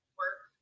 work